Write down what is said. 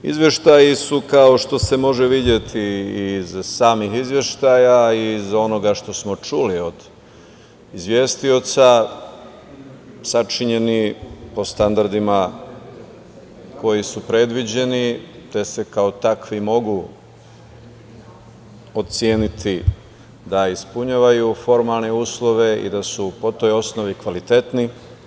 Izveštaji su, kao što se može videti iz samih izveštaja i iz onoga što smo čuli od izvestioca, sačinjeni po standardima koji su predviđeni, te se kao takvi mogu oceniti da ispunjavaju formalne uslove i da su po toj osnovi kvalitetni.